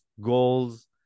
goals